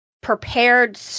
prepared